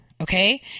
okay